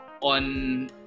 on